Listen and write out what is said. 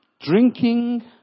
Drinking